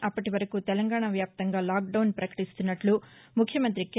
అప్పటి వరకు తెలంగాణా వ్యాప్తంగా లాక్డౌన్ ప్రకటీస్తున్నట్ల ముఖ్యమంత్రి కె